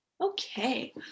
Okay